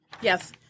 Yes